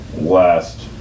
last